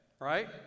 Right